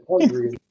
hungry